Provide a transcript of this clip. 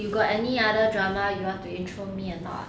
you got any other drama you want to intro me or not